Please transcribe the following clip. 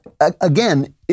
again